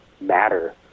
matter